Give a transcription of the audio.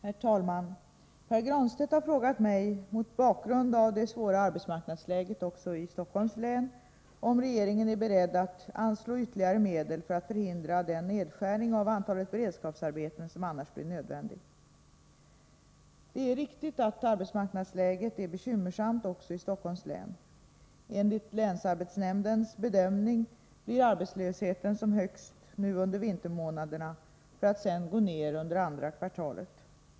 Herr talman! Pär Granstedt har frågat mig, mot bakgrund av det svåra arbetsmarknadsläget också i Stockholms län, om regeringen är beredd att anslå ytterligare medel för att förhindra den nedskärning av antalet beredskapsarbeten som annars blir nödvändig. Det är riktigt att arbetsmarknadsläget är bekymmersamt också i Stockholms län. Enligt länsarbetsnämndens bedömning blir arbetslösheten som högst nu under vintermånaderna för att sedan gå ned under andra kvartalet.